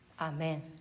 Amen